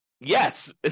yes